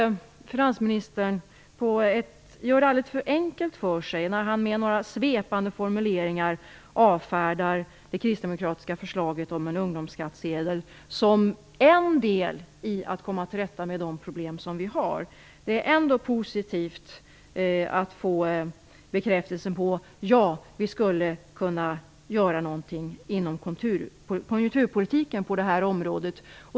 Finansministern gör det alldeles för enkelt för sig när han med några svepande formuleringar avfärdar det kristdemokratiska förslaget om en ungdomsskattsedel som en del i att komma till rätta med de problem som vi har. Det är ändå positivt att få en bekräftelse på att vi skulle kunna göra något inom konjunkturpolitiken på det här området.